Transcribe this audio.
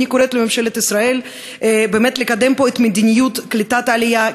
אני קוראת לממשלת ישראל לקדם פה את מדיניות קליטת העלייה,